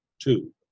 two